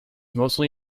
mostly